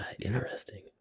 interesting